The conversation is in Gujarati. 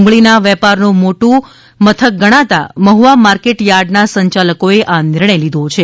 ડુંગળીના વેપારનું ખૂબ મોટું મથક ગણાતા મહ્વા માર્કેટ થાર્ડના સંચાલકોએ આ નિર્ણય લીધો છે